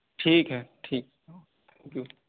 ٹھیک ہے ٹھیک ہے تھینک یو